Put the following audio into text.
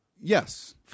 Yes